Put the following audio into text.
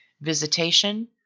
Visitation